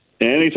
Anytime